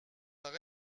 par